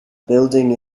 building